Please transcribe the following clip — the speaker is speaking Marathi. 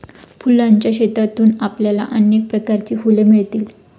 फुलांच्या शेतातून आपल्याला अनेक प्रकारची फुले मिळतील